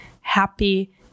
happy